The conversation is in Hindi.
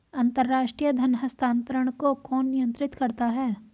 अंतर्राष्ट्रीय धन हस्तांतरण को कौन नियंत्रित करता है?